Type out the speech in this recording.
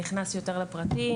נכנס יותר לפרטים.